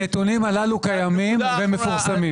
הנתונים הללו קיימים ומפורסמים.